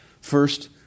First